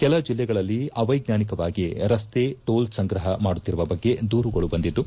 ಕೆಲ ಜಿಲ್ಲೆಗಳಲ್ಲಿ ಅವೈಜ್ಟಾನಿಕವಾಗಿ ರಸ್ತೆ ಟೋಲ್ ಸಂಗ್ರಹ ಮಾಡುತ್ತಿರುವ ಬಗ್ಗೆ ದೂರುಗಳು ಬಂದಿದ್ದು